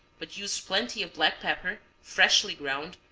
but use plenty of black pepper, freshly ground,